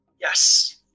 Yes